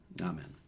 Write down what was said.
Amen